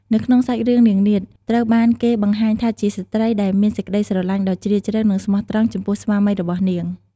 នៅក្នុងសាច់រឿង នាងនាថ ត្រូវបានគេបង្ហាញថាជាស្ត្រីដែលមានសេចក្តីស្រឡាញ់ដ៏ជ្រាលជ្រៅ និងស្មោះត្រង់ចំពោះស្វាមីរបស់នាង ។